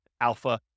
alpha